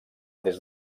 des